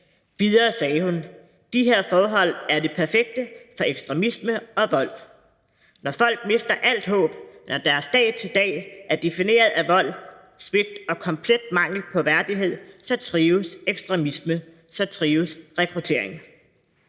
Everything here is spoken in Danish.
Videre sagde hun: »De her forhold er det perfekte grundlag for ekstremisme og vold. Når folk mister alt håb, når deres dag-til-dag er defineret af vold, svigt og komplet mangel på værdighed, så trives ekstremisme, så trives rekrutteringen.«